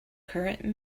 current